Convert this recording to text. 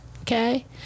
Okay